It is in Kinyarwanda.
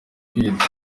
kwita